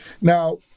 Now